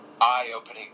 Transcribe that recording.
eye-opening